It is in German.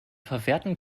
verwerten